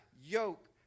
yoke